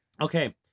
Okay